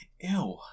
Ew